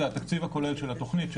זה התקציב הכולל של התוכנית,